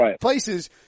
places